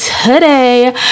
today